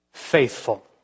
faithful